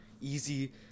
Easy